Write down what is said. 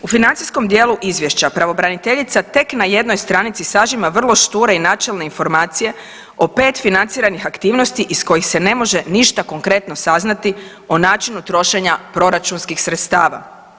U financijskom dijelu izvješća pravobraniteljica tek na jednoj stranici sažima vrlo šture i načelne informacije o 5 financiranih aktivnosti iz kojih se ne može ništa konkretno saznati o načinu trošenja proračunskih sredstava.